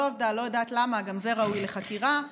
לא עבדה,